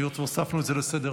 היות שהוספנו את זה לסדר-היום,